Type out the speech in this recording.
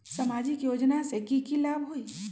सामाजिक योजना से की की लाभ होई?